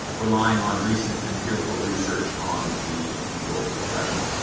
relying on recent empirical research on the legal profession.